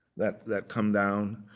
that that come down.